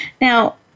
Now